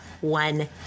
one